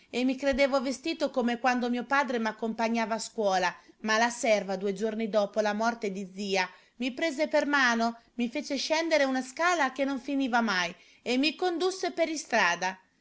e mi credevo vestito come quando mio padre m'accompagnava a scuola ma la serva due giorni dopo la morte di zia mi prese per mano mi fece scendere una scala che non finiva mai e mi condusse per istrada